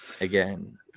Again